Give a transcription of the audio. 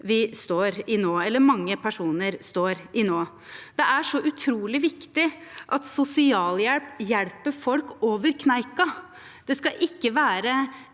situasjonen mange personer står i nå. Det er så utrolig viktig at sosialhjelp hjelper folk over kneika. Det skal ikke være